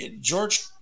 George